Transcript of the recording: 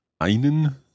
einen